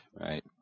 right